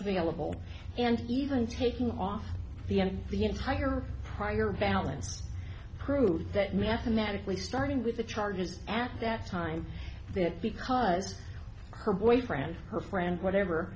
available and even taking off the end the entire prior balance prove that mathematically starting with the charges at that time that because her boyfriend her friend whatever